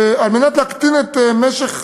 כדי להקטין את משך